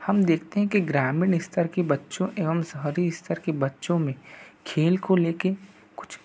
हम देखते हैं कि ग्रामीण स्तर के बच्चों एवं शहरी स्तर के बच्चों में खेल को लेकर कुछ